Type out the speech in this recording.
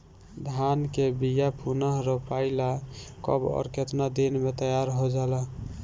धान के बिया पुनः रोपाई ला कब और केतना दिन में तैयार होजाला?